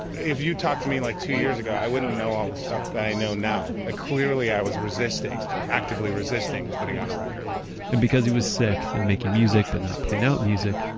if you talked to me like two years ago i wouldn't know all this stuff that i know now. that clearly i was resisting. actively resisting putting out a record and because he was sick. and making music but not putting out music,